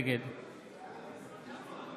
נגד